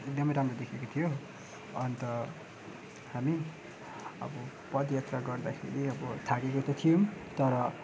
एकदमै राम्रो देखिएको थियो अन्त हामी अब पदयात्रा गर्दाखेरि अब थाकेको त थियौँ तर